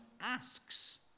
asks